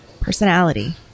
Personality